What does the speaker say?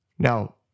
Now